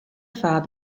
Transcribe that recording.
far